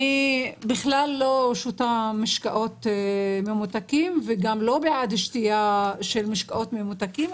אני בכלל לא שותה משקאות ממותקים וגם לא בעד שתייה של משקאות ממותקים,